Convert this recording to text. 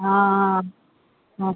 ஆ ஆ ஆ